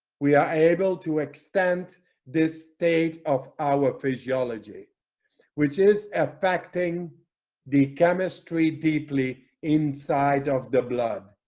we are able to extend this state of our physiology which is affecting the chemistry deeply inside of the blood